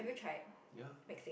ya